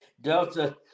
Delta